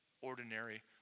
ordinary